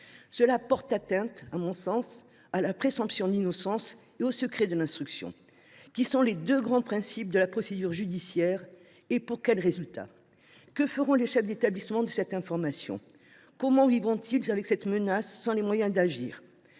porte atteinte, à mon sens, à la présomption d’innocence et au secret de l’instruction, qui sont les deux grands principes de la procédure judiciaire. Pour quel résultat ? Que feront les chefs d’établissement de cette information ? Comment vivront ils avec cette menace, sans les moyens d’agir ?